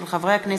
של חברי הכנסת